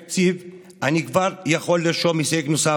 אני כבר יכול לרשום הישג נוסף: